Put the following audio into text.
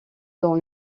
dans